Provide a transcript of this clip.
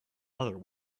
other